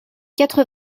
quatre